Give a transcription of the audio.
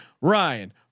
Ryan